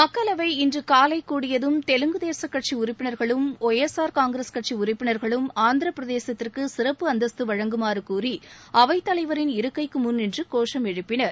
மக்களவை இன்று காலை கூடியதும் தெலுங்கு தேசும் கட்சி உறுப்பினர்களும் ஒய் எஸ் ஆர் காங்கிரஸ் கட்சி உறுப்பினர்களும் ஆந்திரப் பிரதேசத்திற்கு சிறப்பு அந்தஸ்து வழங்குமாறு கூறி அவைத் தலைவரின் இருக்கைக்கு முன் நின்று கோஷம் எழுப்பினர்